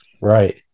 right